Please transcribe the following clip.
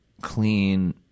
clean